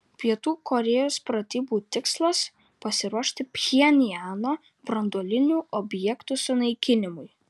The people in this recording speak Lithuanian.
pietų korėjos pratybų tikslas pasiruošti pchenjano branduolinių objektų sunaikinimui